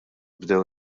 bdew